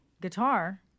guitar